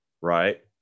right